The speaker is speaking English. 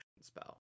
spell